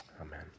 Amen